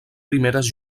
primeres